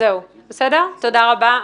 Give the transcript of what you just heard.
תודה רבה.